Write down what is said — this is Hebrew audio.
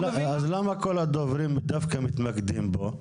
אז למה כל הדוברים דווקא מתמקדים בו?